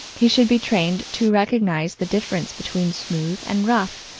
he should be trained to recognize the difference between smooth and rough,